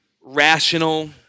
rational